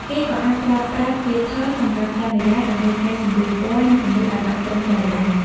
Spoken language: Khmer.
គេក៏អាចប្រើប្រាស់ Filters សម្រាប់កាមេរ៉ា ដើម្បីកែសម្រួលពណ៌ និងពន្លឺឲ្យបានត្រឹមត្រូវដែរ។